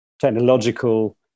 technological